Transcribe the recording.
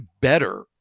better